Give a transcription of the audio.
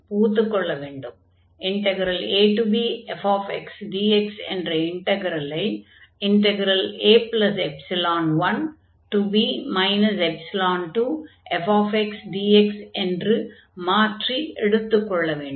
abfxdx என்ற இன்டக்ரலை a1b 2fxdx என்று மாற்றி எடுத்துக் கொள்ள வேண்டும்